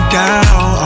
down